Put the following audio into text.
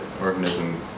organism